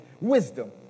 wisdom